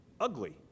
ugly